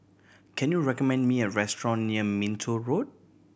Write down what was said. can you recommend me a restaurant near Minto Road